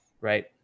right